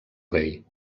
rei